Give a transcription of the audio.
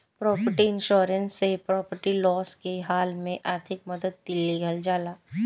property insurance से property loss के हाल में आर्थिक मदद लीहल जाला